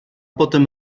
potem